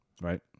Right